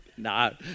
No